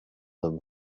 them